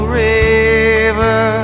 river